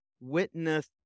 Witness